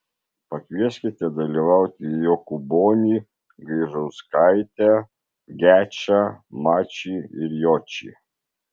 pakvieskite dalyvauti jokūbonį gaižauskaitę gečą mačį ir jočį